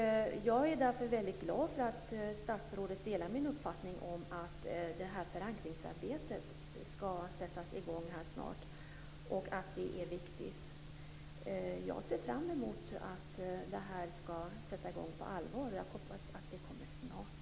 Jag är därför väldigt glad för att statsrådet delar min uppfattning om att förankringsarbetet skall sättas i gång snart och att det är viktigt. Jag ser fram emot att det skall sätta i gång på allvar, och jag hoppas att det kommer snart.